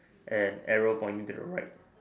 and arrow pointing to the right